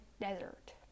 desert